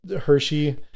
Hershey